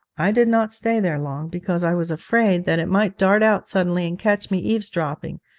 i did not stay there long, because i was afraid that it might dart out suddenly and catch me eavesdropping,